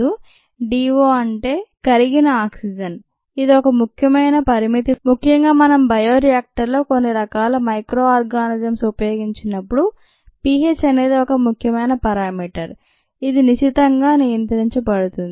ఇది DO అంటే కరిగిన ఆక్సిజన్ ఇది ఒక ముఖ్యమైన పరిమితి ముఖ్యంగా మనం బయోరియాక్టర్ లో కొన్ని రకాల మైక్రో ఆర్గనిసమ్స్ ఉపయోగించినప్పుడుpH అనేది ఒక ముఖ్యమైన పరామీటర్ ఇది నిశితంగా నియంత్రించబడుతుంది